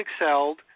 excelled